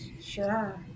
sure